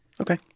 Okay